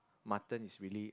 mutton is really